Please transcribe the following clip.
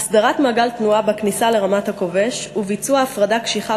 הסדרת מעגל תנועה בכניסה לרמת-הכובש וביצוע הפרדה קשיחה